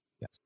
Yes